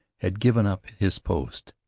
had given up his post.